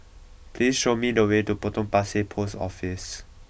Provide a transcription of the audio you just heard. please show me the way to Potong Pasir Post Office